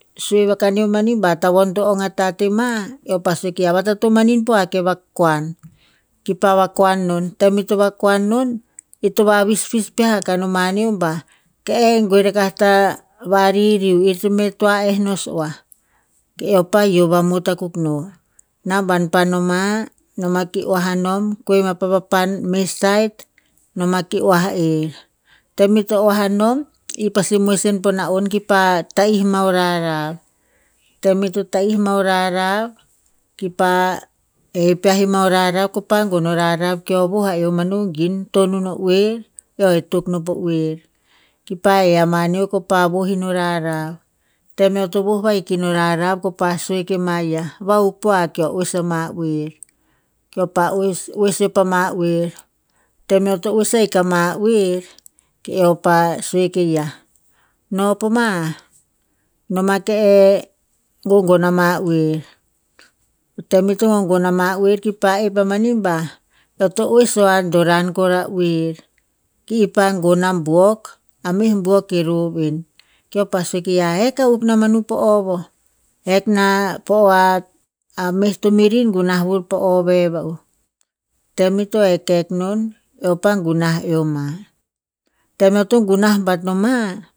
Sue va kaneo mani ba atavon to ong atat er ma. Eo pa sue ke ya vatotomaniu poa ke vakuan, ki pa vakuan non. Tem ito vakuan non, ito va visvis peah kanomaneo ba, ke eh gue rakah ta variriu ir to toa a eh nos oah ke eo pa ioh vamot akuk no. Namban pa noma, noma ki oah nom kua ma pa papan meh sait, nom ki oah rer. Tem ito oah nom i pasi moes en po na'on ki pa tahi ma o rarav. Tem ito tahi ma o rarav ki pa he peah ma o rarav ko pa gon na o rarav keo voh a eo manu gin tonuno oer, eo e tok no po oer. Ki pa he ama neo ko pa vohu no rarav. Tem eo to voh vahik ino rarav ko pa sue ki ma ya, vahuk po a keo oes ama oer. Keo pa oes- oes i pa ma oer. Tem eo to oes ahik oer. Keo pa sue ke ya, no po ma a, noma ke e gogn ama oer. Tem ito gogon ama oer kipa ep amani ba eo to oes o a doran kor a oer. Ki pa gon a buok a meh buok e rov en. Keo pa sue ke ya hek akuk na manu po o vo, hek na po o a- a meh to merin gunah vur po o veh va'u. Tem ito hek hek non, eo pa gunah eo ma. Tem eo to gunah bat no ma.